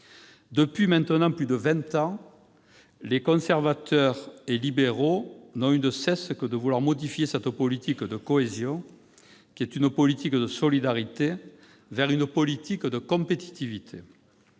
Depuis maintenant plus de vingt ans, les conservateurs et libéraux n'ont eu de cesse que de vouloir modifier cette politique de cohésion, qui est une politique de solidarité, pour aller vers une politique de compétitivité.